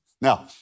Now